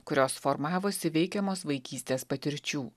kurios formavosi veikiamos vaikystės patirčių